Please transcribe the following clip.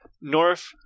north